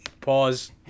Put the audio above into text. pause